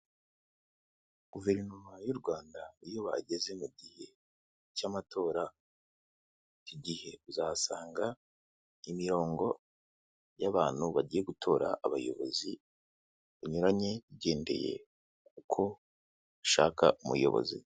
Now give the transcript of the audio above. Guverinoma y'u Rwanda iyo bageze mu gihe cy'amatora, icyo gihe uzasanga imirongo y'abantu bagiye gutora abayobozi, banyuranye bagendeye uko bashaka umuyobozi.